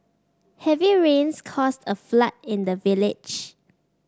heavy rains caused a flood in the village